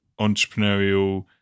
entrepreneurial